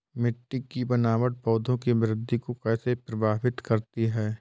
मिट्टी की बनावट पौधों की वृद्धि को कैसे प्रभावित करती है?